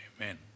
Amen